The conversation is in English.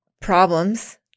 problems